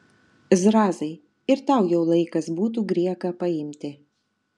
zrazai ir tau jau laikas būtų grieką paimti